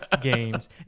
games